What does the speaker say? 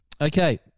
Okay